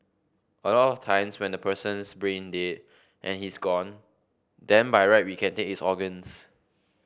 a lot of times when the person's brain dead and he's gone then by right we can take his organs